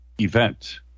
event